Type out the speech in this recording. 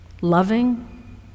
loving